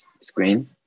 screen